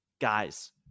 guys